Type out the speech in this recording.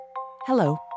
Hello